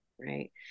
right